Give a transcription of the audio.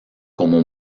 como